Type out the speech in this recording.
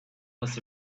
was